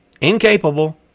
Incapable